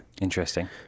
Interesting